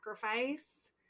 sacrifice